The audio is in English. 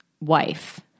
wife